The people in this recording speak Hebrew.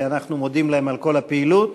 ואנחנו מודים להם על כל הפעילות.